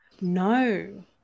No